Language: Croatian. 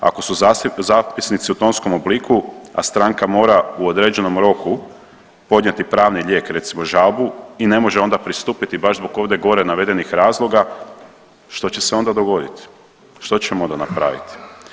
Ako su zapisnici u tonskom obliku, a stranka mora u određenom podnijeti pravni lijek, recimo žalbu i ne može onda pristupiti baš zbog ovdje gore navedenih razloga, što će se onda dogoditi, što ćemo onda napraviti.